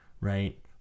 Right